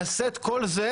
נעשה את כל זה,